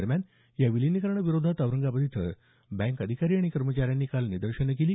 दरम्यान या विलिनीकरणाविरोधात औरंगाबाद इथं बँक अधिकारी आणि कर्मचाऱ्यांनी काल निदर्शन केली